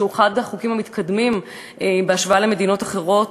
שהוא אחד החוקים המתקדמים בהשוואה למדינות אחרות,